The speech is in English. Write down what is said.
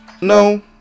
No